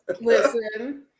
Listen